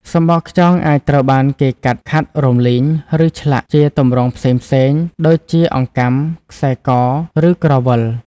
សំបកខ្យងអាចត្រូវបានគេ កាត់ ខាត់ រំលីង ឬឆ្លាក់ ជាទម្រង់ផ្សេងៗ ដូចជាអង្កាំ ខ្សែ ក ឬក្រវិល។